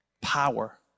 Power